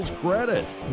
credit